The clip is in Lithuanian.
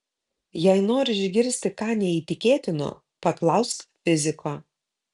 jei nori išgirsti ką neįtikėtino paklausk fiziko